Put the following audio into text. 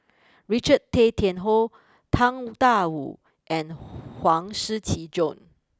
Richard Tay Tian Hoe Tang Da Wu and Huang Shiqi Joan